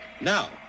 Now